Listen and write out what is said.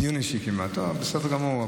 דיון אישי כמעט, בסדר גמור.